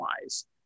wise